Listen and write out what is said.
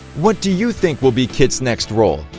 what do you think will be kit's next role?